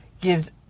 gives